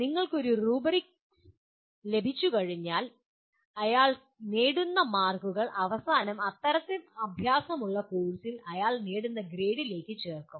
നിങ്ങൾക്കൊരു റൂബ്രിക് ലഭിച്ചുകഴിഞ്ഞാൽ അയാൾ നേടുന്ന മാർക്കുകൾ അവസാനം അത്തരം അഭ്യാസമുള്ള കോഴ്സിൽ അയാൾ നേടുന്ന ഗ്രേഡിലേക്ക് ചേർക്കും